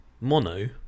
Mono